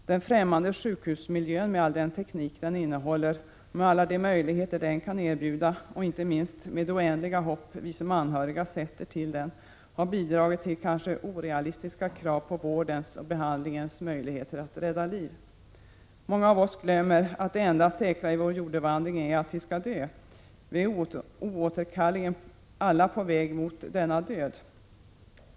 Den främmande sjukhusmiljön, med all den teknik den innehåller, med alla de möjligheter den kan erbjuda och inte minst med det oändliga hopp vi som anhöriga sätter till den, har bidragit till kanske orealistiska krav på vårdens och behandlingens möjligheter att rädda liv. Många av oss glömmer att det enda säkra i vår jordevandring är att vi skall dö. Vi är oåterkalleligen alla på väg mot denna död.